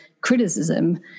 criticism